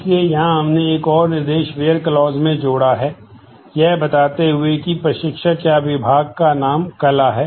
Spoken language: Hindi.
इसलिए यहां हमने एक और निर्देश वेयर क्लॉज बना सकते हैं